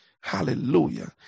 hallelujah